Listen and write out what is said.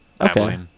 Okay